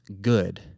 good